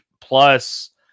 plus